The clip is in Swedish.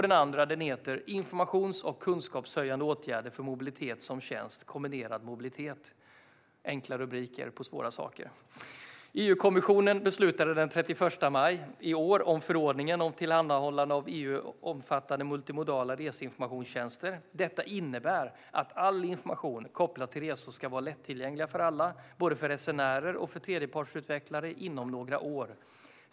Den andra heter Informations och kunskapshöjande åtgärder för mobilitet som tjänst/kombinerad mobilitet - enkla rubriker på svåra saker! EU-kommissionen beslutade den 31 maj i år om förordningen om tillhandahållande av EU-omfattande multimodala reseinformationstjänster. Detta innebär att all information kopplad till resor ska vara lättillgänglig för alla, både för resenärer och för tredjepartsutvecklare, inom några år.